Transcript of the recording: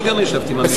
הודעתי מראש.